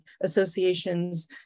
associations